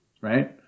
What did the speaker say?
right